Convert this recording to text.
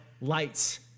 lights